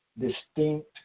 distinct